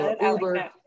uber